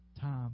time